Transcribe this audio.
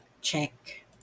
Check